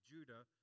Judah